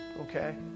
Okay